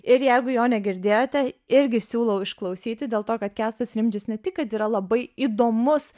ir jeigu jo negirdėjote irgi siūlau išklausyti dėl to kad kęstas rimdžius ne tik kad yra labai įdomus